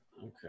okay